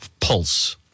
pulse